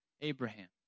Abraham